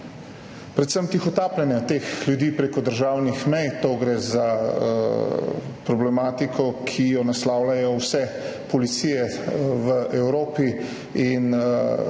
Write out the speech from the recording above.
predvsem za tihotapljenja teh ljudi prek državnih mej. Gre za problematiko, ki jo naslavljajo vse policije v Evropi.